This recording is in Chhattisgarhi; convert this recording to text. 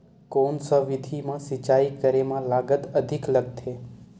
कोन सा विधि म सिंचाई करे म लागत अधिक लगथे?